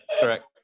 correct